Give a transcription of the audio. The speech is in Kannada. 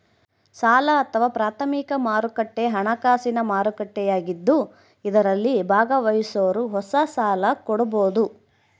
ಸಾಲ ಅಥವಾ ಪ್ರಾಥಮಿಕ ಮಾರುಕಟ್ಟೆ ಹಣಕಾಸಿನ ಮಾರುಕಟ್ಟೆಯಾಗಿದ್ದು ಇದರಲ್ಲಿ ಭಾಗವಹಿಸೋರು ಹೊಸ ಸಾಲ ಕೊಡಬೋದು